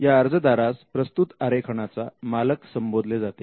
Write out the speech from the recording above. या अर्जदारास प्रस्तुत आरेखनाचा मालक संबोधले जाते